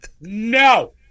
no